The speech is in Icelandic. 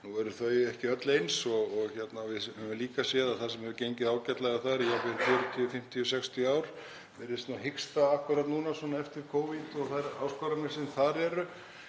Nú eru þau ekki öll eins og við höfum líka séð að það sem hefur gengið ágætlega þar, í jafnvel 40, 50, 60 ár, virðist hiksta akkúrat núna eftir Covid og þær áskoranir sem þar eru.